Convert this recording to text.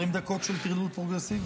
20 דקות של טרלול פרוגרסיבי.